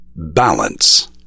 Balance